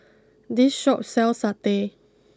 this Shop sells Satay